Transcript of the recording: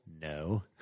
No